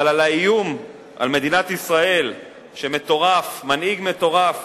אבל האיום על מדינת ישראל, שמנהיג מטורף